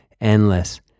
endless